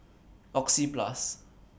Oxyplus